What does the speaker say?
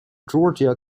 georgia